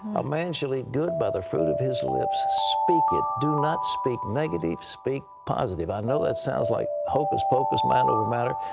a man shall eat good by the fruit of his lips. speak it. do not speak negative. speak positive. i know that sounds like hocus pocus, mind over matter,